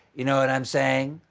you know what i'm saying?